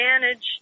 manage